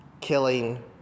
killing